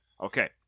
Okay